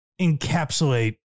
encapsulate